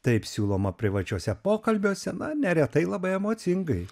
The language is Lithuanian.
taip siūloma privačiuose pokalbiuose na neretai labai emocingai